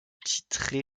titré